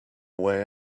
way